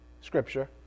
Scripture